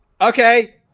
Okay